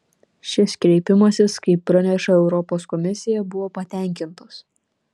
šis kreipimasis kaip praneša europos komisija buvo patenkintas